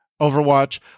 Overwatch